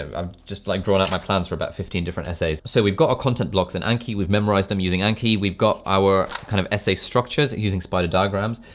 i'm just like drawing out my plans for about fifteen different essays. so we've got our content blocks and anki we've memorized them using anki. we've got our, kind of essay structures using spider diagrams.